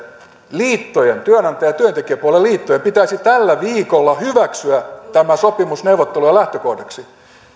liittojen työnantaja ja työntekijäpuolen liittojen pitäisi tällä viikolla hyväksyä tämä sopimus neuvottelujen lähtökohdaksi